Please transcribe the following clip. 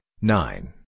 nine